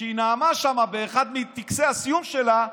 כשהיא נאמה שם באחד מטקסי הסיום שלה,